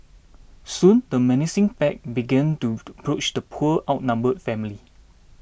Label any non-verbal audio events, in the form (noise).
soon the menacing pack began to (unintelligible) approach the poor outnumbered family